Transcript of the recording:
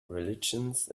religions